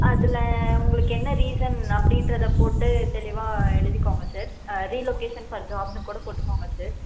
அதில் உங்களுக்கு என்ன ரீசன் அப்படின்றத போட்டு தெளிவாக எழுதிக்கோங்க சார் ரீலொக்கேஷன் ஃபார் ஜாப்புன்னு கூட போட்டுக்கோங்க சார்